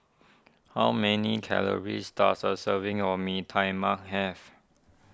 how many calories does a serving of Mee Tai Mak have